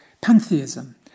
Pantheism